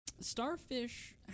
Starfish